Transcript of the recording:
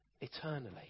eternally